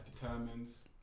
determines